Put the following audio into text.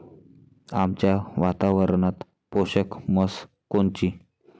आमच्या वातावरनात पोषक म्हस कोनची?